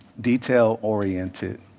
detail-oriented